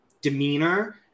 demeanor